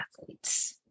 athletes